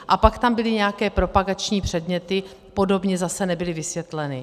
A pak tam byly nějaké propagační předměty, podobně zase nebyly vysvětleny.